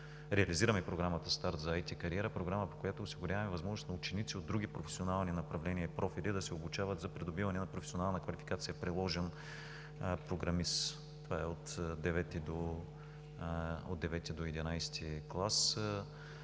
Реализираме Програмата „Обучение за ИТ кариера“ – Програма, по която осигуряваме възможност на ученици от други професионални направления и профили да се обучават за придобиване на професионална квалификация „приложен програмист“. Това е от IХ до ХI клас.